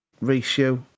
ratio